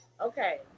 okay